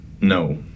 No